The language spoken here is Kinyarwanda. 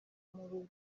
mubiri